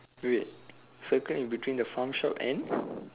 wait circle in between the farm shop and